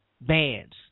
bands